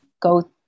go